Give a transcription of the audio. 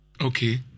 Okay